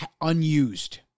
unused